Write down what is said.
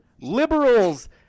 Liberals